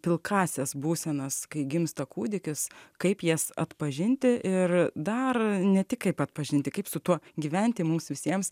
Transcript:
pilkąsias būsenas kai gimsta kūdikis kaip jas atpažinti ir dar ne tik kaip atpažinti kaip su tuo gyventi mums visiems